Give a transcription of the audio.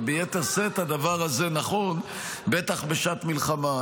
וביתר שאת הדבר הזה נכון בטח בשעת מלחמה.